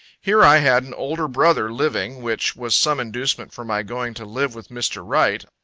here i had an older brother living, which was some inducement for my going to live with mr. wright.